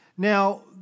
Now